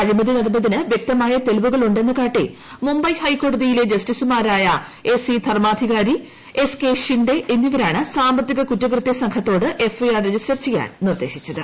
അഴിമതി നടന്നതിന് വൃക്തായ തെളിവുകൾ ഉണ്ടെന്നു കാട്ടി മുംബൈ ഹൈക്കോടതിയ്ടിലെ ജ്സ്റ്റിസുമാരായ S C Dharmadhikari S K ഷിങ്ങ്ട് എന്നിവരാണ് സാമ്പത്തിക കുറ്റകൃത്യ സംഘത്തോട് എഫ്ഐആർ രജീസ്റ്റർ ചെയ്യാൻ നിർദ്ദേശിച്ചത്